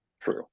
True